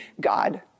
God